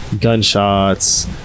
gunshots